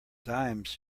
dimes